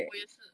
我也是